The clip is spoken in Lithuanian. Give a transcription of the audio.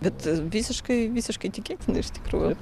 bet visiškai visiškai tikėtina iš tikrųjų